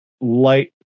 light